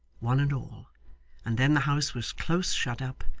one and all and then the house was close shut up,